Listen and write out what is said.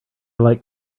like